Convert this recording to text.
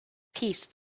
peace